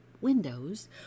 windows